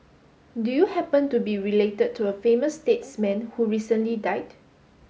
do you happen to be related to a famous statesman who recently died